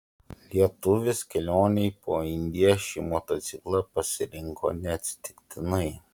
lietuvis kelionei po indiją šį motociklą pasirinko neatsitiktinai